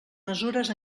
mesures